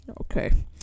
Okay